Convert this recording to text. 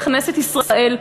בכנסת ישראל,